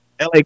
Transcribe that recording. LA